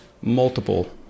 Multiple